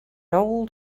old